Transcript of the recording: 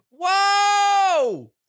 whoa